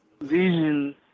vision